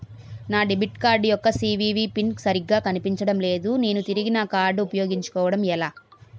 నా debit card యెక్క CVV PIN సరిగా కనిపించడం లేదు నేను తిరిగి నా కార్డ్ఉ పయోగించుకోవడం ఎలా?